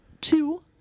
two